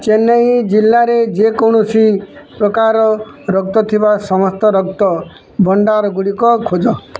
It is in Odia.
ଚେନ୍ନାଇ ଜିଲ୍ଲାରେ ଯେକୌଣସି ପ୍ରକାର ରକ୍ତ ଥିବା ସମସ୍ତ ରକ୍ତ ଭଣ୍ଡାରଗୁଡ଼ିକ ଖୋଜ